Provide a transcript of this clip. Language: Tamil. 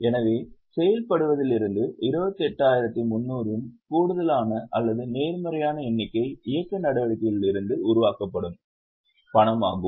எனவே செயல்படுவதிலிருந்து 28300 இன் கூடுதலான அல்லது நேர்மறையான எண்ணிக்கை இயக்க நடவடிக்கைகளில் இருந்து உருவாக்கப்படும் பணமாகும்